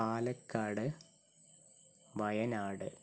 Palakkad Wayanad